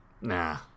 Nah